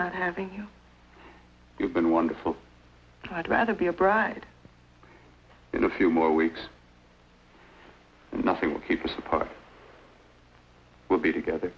not having been wonderful i'd rather be a bride in a few more weeks nothing will keep us apart we'll be together